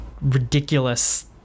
ridiculous